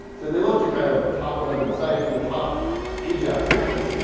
so they looked at kind of the top one hundred sites and the top ajax sites,